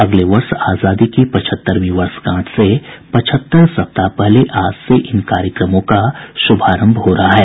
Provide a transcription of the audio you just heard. अगले वर्ष आजादी की पचहत्तरवीं वर्षगांठ से पचहत्तर सप्ताह पहले आज से इन कार्यक्रमों का शुभारंभ हो रहा है